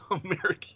American